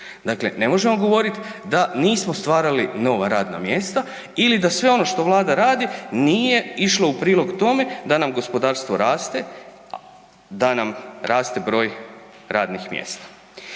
Dakle, ne možemo govoriti da nismo stvarali nova radna mjesta ili da sve ono što Vlada radi, nije išlo u prilog tome da nam gospodarstvo raste, da nam raste broj radnih mjesta.